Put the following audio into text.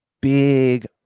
big